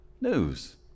news